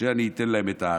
שאני אתן להם את הארץ.